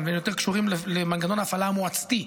והם יותר קשורים למנגנוני ההפעלה המועצתי,